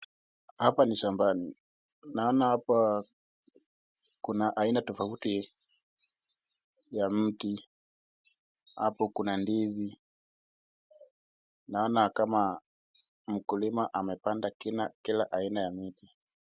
Hapa ni shambani, naona hapa kuna aina tofauti ya mti, hapo kuna ndizi, naona kama mkulima amepanda kila aina ya miti.